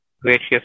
gracious